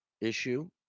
issue